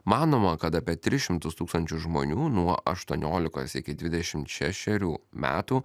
manoma kad apie tris šimtus tūkstančių žmonių nuo aštuoniolikos iki dvidešimt šešerių metų